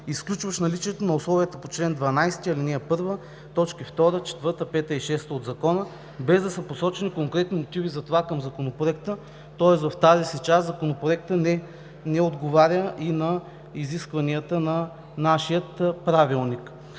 изключващ наличието на условията по чл. 12, ал. 1, т. 2, 4, 5 и 6 от Закона, без да са посочени конкретни мотиви за това към Законопроекта. Тоест в тази си част Законопроектът не отговаря и на изискванията на нашия Правилник.